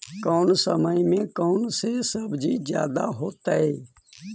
कम समय में कौन से सब्जी ज्यादा होतेई?